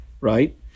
Right